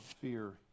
fear